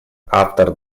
автор